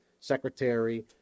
secretary